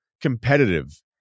competitive